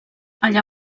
allà